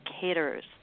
caterers